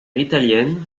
italienne